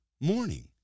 morning